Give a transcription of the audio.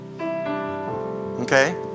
okay